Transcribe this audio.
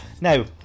Now